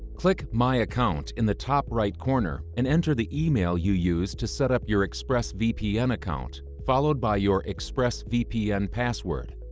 click my account in the top right corner and enter the email you used to set up your expressvpn account, followed by your expressvpn password.